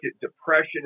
depression